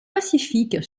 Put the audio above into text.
pacifique